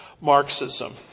Marxism